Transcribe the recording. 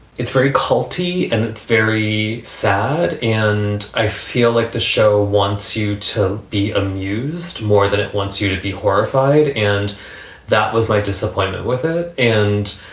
it's very culty and it's very sad. and i feel like the show wants you to be amused more than it wants you to be horrified. and that was my disappointment with it. and